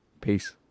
peace